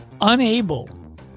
unable